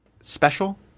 special